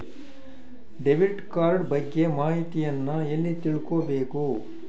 Debit card ಬಗ್ಗೆ ಮಾಹಿತಿಯನ್ನ ಎಲ್ಲಿ ತಿಳ್ಕೊಬೇಕು?